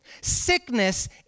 Sickness